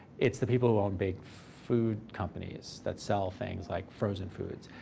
it's the people who own big food companies that sell things like frozen foods.